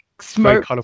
smoke